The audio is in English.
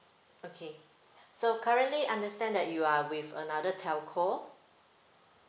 okay so currently understand that you are with another telco